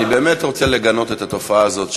אני באמת רוצה לגנות את התופעה הזאת,